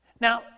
Now